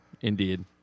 Indeed